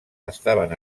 estaven